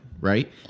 right